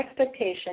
expectation